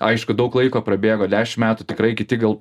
aišku daug laiko prabėgo dešim metų tikrai kiti gal